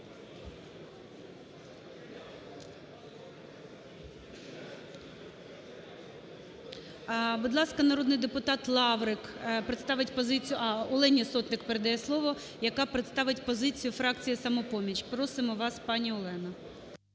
Будь ласка, народний депутат Лаврик представить позицію… А, Олені Сотник передає слово, яка представить позицію фракції "Самопоміч". Просимо вас, пані Олена.